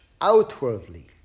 outwardly